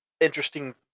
Interesting